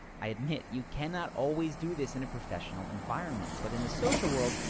i admit, you cannot always do this in a professional environment but in the social world,